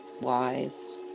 wise